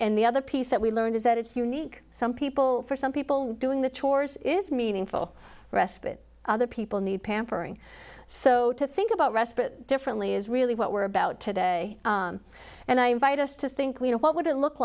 other piece that we learned is that it's unique some people for some people doing the chores is meaningful respite other people need pampering so to think about respite differently is really what we're about today and i invite us to think we know what would it look